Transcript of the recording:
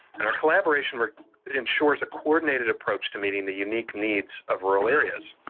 and our collaboration ensures a coordinated approach to meeting the unique needs of rural areas.